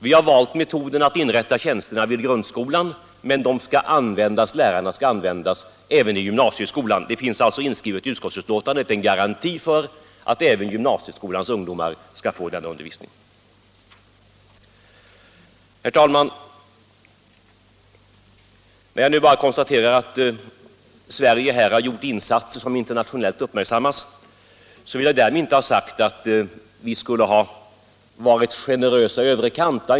Vi har valt metoden att inrätta tjänsterna vid grundskolan, men lärarna skall användas även i gymnasieskolan. En garanti finns alltså inskriven i utskottsbetänkandet för att även gymnasieskolans ungdomar skall få denna undervisning. Herr talman! När jag nu bara konstaterar att Sverige här har gjort insatser som internationellt uppmärksammas, vill jag inte ha sagt att vi skulle ha varit generösa i överkant.